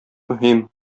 мөһим